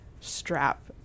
strap